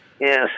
Yes